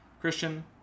Christian